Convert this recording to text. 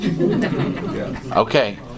Okay